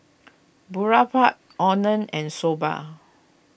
Boribap Oden and Soba